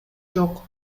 жок